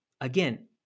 again